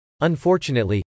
Unfortunately